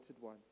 one